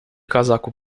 casaco